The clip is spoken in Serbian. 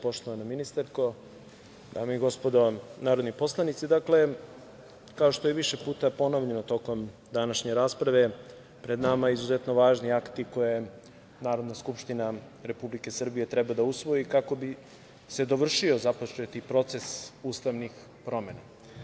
Poštovana ministarko, dame i gospodo narodni poslanici, kao što je više puta ponovljeno tokom današnje rasprave, pred nama izuzetno važni akti koje Narodna skupština Republike Srbije treba da usvoji kako bi se dovršio započeti proces ustavnih promena.